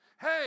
Hey